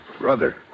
Brother